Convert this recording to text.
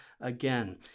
again